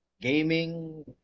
gaming